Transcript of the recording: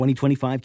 2025